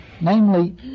Namely